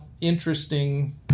interesting